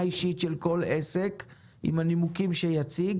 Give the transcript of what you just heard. אישית של כל עסק עם הנימוקים שיציג